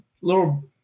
little